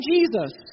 Jesus